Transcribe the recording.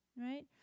Right